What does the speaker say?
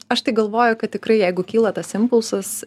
aš tai galvoju kad tikrai jeigu kyla tas impulsas